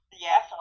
Yes